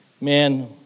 man